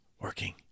working